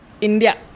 India